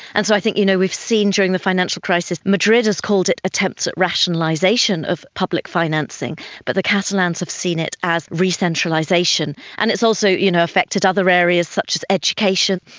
and so i think you know we've seen during the financial crisis madrid has called it attempts at rationalisation of public financing but the catalans have seen it as recentralisation. and it's also you know affected other areas such as education.